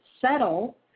settle